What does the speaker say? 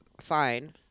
fine